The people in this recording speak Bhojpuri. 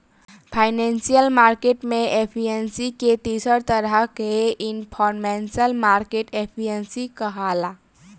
फाइनेंशियल मार्केट के एफिशिएंसी के तीसर तरह के इनफॉरमेशनल मार्केट एफिशिएंसी कहाला